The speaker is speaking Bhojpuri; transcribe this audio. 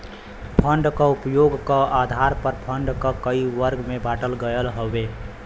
फण्ड क उपयोग क आधार पर फण्ड क कई वर्ग में बाँटल गयल हउवे